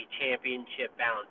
championship-bound